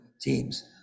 teams